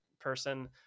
person